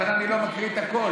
לכן אני לא מקריא את הכול.